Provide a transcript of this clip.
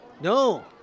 No